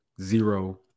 zero